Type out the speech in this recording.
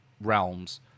realms